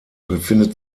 befindet